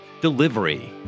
Delivery